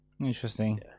interesting